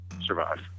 survive